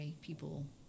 people